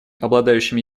обладающими